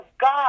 God